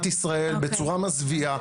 ישראל בצורה מזוויעה על כל הספקטרום שלה.